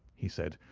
he said,